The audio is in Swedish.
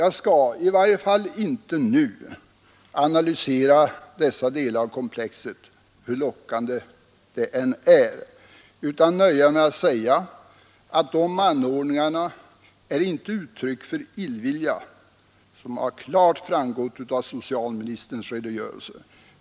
Jag skall, i varje fall inte nu, analysera dessa delar av komplexet, hur lockande det än vore, utan nöja mig med att säga att dessa anordningar inte är uttryck för illvilja mot tandläkarkåren, vilket klart framgått av socialministerns redogörelse.